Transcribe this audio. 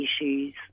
issues